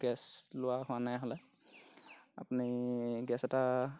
gas লোৱা হোৱা নাই হ'লে আপুনি গেছ এটা